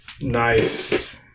nice